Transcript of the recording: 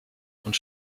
und